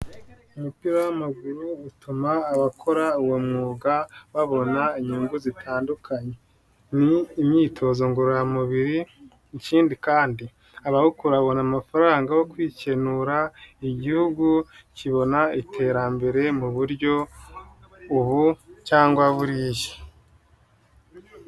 Umupira w'amaguru utuma abakora uwo mwuga babona inyungu zitandukanye. Ni imyitozo ngororamubiri, ikindi kandi habahohugu kubona amafaranga yo kwikenura, igihugu kibona iterambere mu buryo ubu cyangwa buriya.